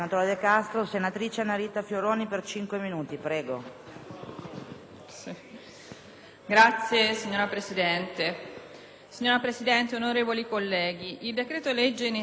finestra") *(PD)*. Signora Presidente, onorevoli colleghi, il decreto-legge in esame all'articolo 3 dà attuazione alle previgenti disposizioni legislative